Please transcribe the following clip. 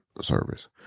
service